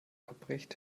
abbricht